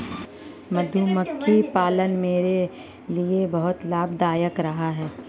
मधुमक्खी पालन मेरे लिए बहुत लाभदायक रहा है